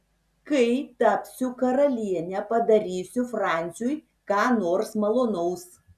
kai tapsiu karaliene padarysiu franciui ką nors malonaus